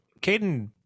Caden